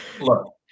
look